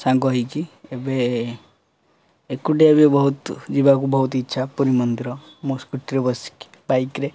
ସାଙ୍ଗ ହେଇକି ଏବେ ଏକୁଟିଆ ଏବେ ବହୁତ ଯିବାକୁ ବହୁତ ଇଚ୍ଛା ପୁରୀ ମନ୍ଦିର ମୁଁ ସ୍କୁଟିରେ ବସିକି ବାଇକ୍ରେ